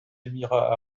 émirats